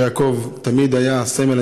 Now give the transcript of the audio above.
באר יעקב תמיד הייתה הסמל,